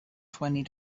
twenty